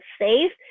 safe